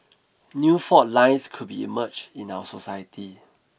new fault lines could be emerged in our society